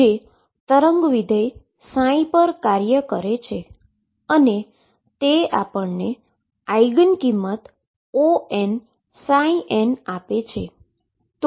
જે wave function પર કાર્ય કરે છે અને તે આપણને આઈગન વેલ્યુ Onn આપે છે